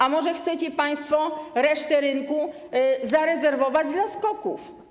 A może chcecie państwo resztę rynku zarezerwować dla SKOK-ów?